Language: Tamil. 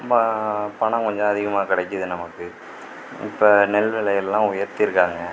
நம்ம பணம் கொஞ்சம் அதிகமாக கிடைக்கிது நமக்கு இப்போ நெல் விலையெல்லாம் உயர்த்தியிருக்காங்க